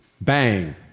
Bang